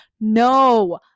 no